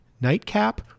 nightcap